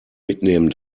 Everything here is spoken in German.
mitnehmen